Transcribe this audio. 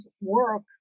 work